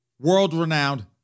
world-renowned